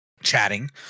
chatting